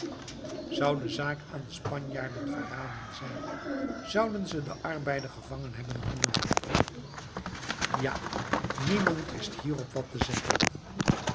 de zaak aan de spanjaarden verraden zijn zouden ze den arbeider gevangen hebben genomen ja niemand wist hierop wat te zeggen